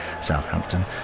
Southampton